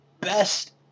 best